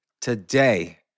today